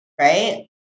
right